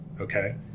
Okay